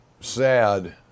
SAD